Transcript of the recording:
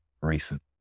recent